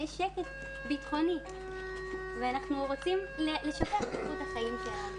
יש שקט ביטחוני ואנחנו רוצים לשפר את איכות החיים שלנו.